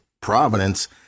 Providence